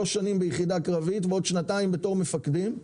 שנים ביחידה קרבית ועוד שנתיים בתור מפקדים,